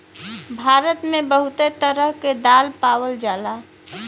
भारत मे बहुते तरह क दाल पावल जाला